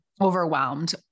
overwhelmed